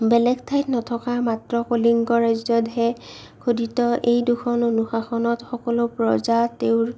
বেলেগ ঠাইত নথকা মাত্ৰ কলিংগ ৰাজ্যতহে খোদিত এই দুখন অনুশাসনত সকলো প্ৰজা তেওঁৰ